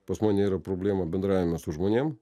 pas mane yra problema bendravime su žmonėm